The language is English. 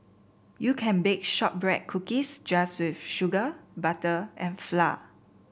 you can bake shortbread cookies just with sugar butter and flour